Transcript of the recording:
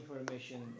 information